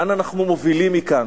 לאן אנחנו מובילים מכאן.